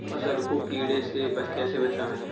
फसल को कीड़े से कैसे बचाएँ?